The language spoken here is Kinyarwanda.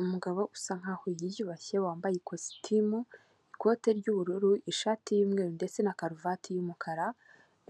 Umugabo usa nk'aho yiyubashye wambaye ikositimu ikote ry'ubururu ishati y'umweru ndetse na karuvati y'umukara,